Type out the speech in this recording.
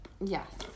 Yes